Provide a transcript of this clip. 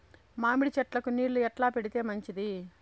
మామిడి చెట్లకు నీళ్లు ఎట్లా పెడితే మంచిది?